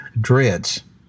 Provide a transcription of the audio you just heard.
dreads